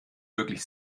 wirklich